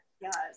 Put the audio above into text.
Yes